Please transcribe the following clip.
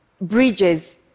bridges